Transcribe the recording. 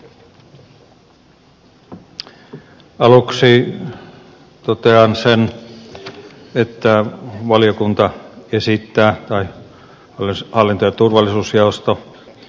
aluksi totean sen että valiokunta esittää tai loska lentää turvallisuusjaosto